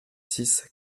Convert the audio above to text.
six